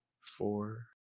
four